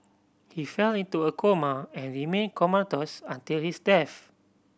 he fell into a coma and remain comatose until his death